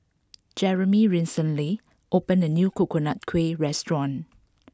Jeremy recently opened a new Coconut Kuih restaurant